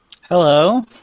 Hello